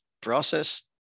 process